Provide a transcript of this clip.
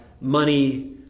money